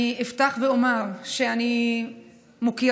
אני אפתח ואומר שאני מוקירה,